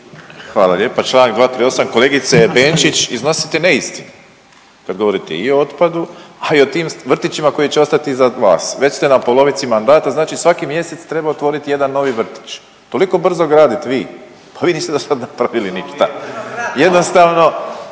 Hvala lijepa. Čl. 238, kolegice Benčić, iznosite neistine kad govorite i o otpadu, a i tim vrtićima koji će ostati iza vas. Već ste na polovici mandata, znači svaki mjesec treba otvoriti jedan novi vrtić. Toliko brzo gradit vi, pa vi niste do sad napravili ništa. .../Upadica